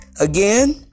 Again